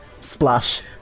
splash